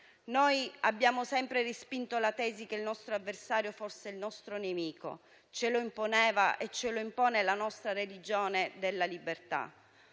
Noi abbiamo sempre respinto la tesi che il nostro avversario fosse il nostro nemico: ce lo imponeva e ce lo impone la nostra religione della libertà.